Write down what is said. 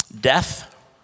Death